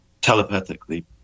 Telepathically